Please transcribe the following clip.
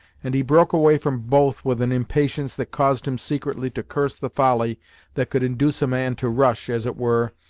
and he broke away from both with an impatience that caused him secretly to curse the folly that could induce a man to rush, as it were,